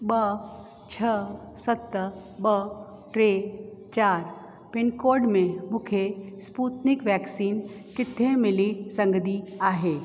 ॿ छह सत ॿ टे चारि पिनकोड में मूंखे स्पूतनिक वैक्सीन किथे मिली सघंदी आहे